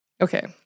Okay